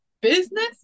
business